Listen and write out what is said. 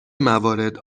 موارد